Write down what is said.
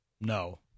No